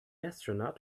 astronaut